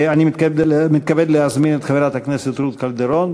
אני מתכבד להזמין את חברת הכנסת רות קלדרון,